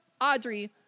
Audrey